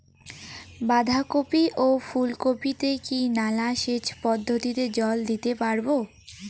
বাধা কপি ও ফুল কপি তে কি নালা সেচ পদ্ধতিতে জল দিতে পারবো?